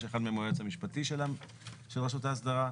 שאחד מהם הוא היועץ המשפטי של רשות ההסדרה.